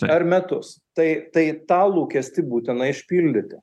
per metus tai tai tą lūkestį būtina išpildyti